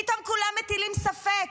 פתאום כולם מטילים ספק.